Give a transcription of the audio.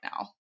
now